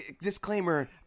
Disclaimer